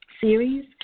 series